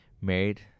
married